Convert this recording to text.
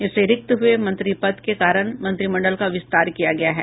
इससे रिक्त हुये मंत्री पद के कारण मंत्रिमंडल का विस्तार किया गया है